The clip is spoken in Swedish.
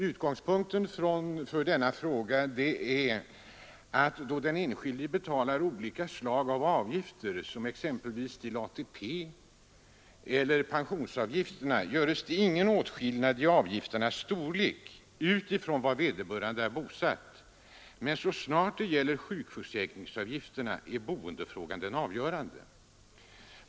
Utgångspunkten för min fråga är: Då den enskilde betalar olika slag av avgifter, exempelvis till ATP eller annan pension, görs ingen skillnad i avgifternas storlek efter vederbörandes bostadsort, men så snart det gäller sjukförsäkringsavgifterna är bostadsorten det avgörande.